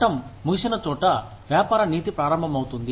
చట్టం ముగిసిన చొట వ్యాపార నీతి ప్రారంభమవుతుంది